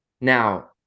now